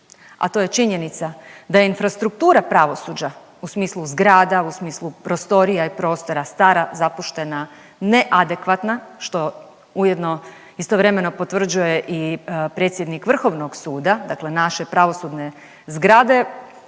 a to je činjenica da je infrastruktura pravosuđa u smislu zgrada, u smislu prostorija i prostora stara, zapuštena, neadekvatna što ujedno istovremeno potvrđuje i predsjednik Vrhovnog suda, dakle naše pravosudne zgrade